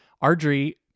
Ardry